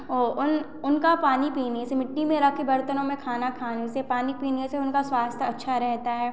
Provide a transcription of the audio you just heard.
और उन उनका पानी पीने से मिट्टी में रखे बर्तनों में खाना खाने से पानी पीने से उनका स्वास्थ्य अच्छा रहता है